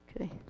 Okay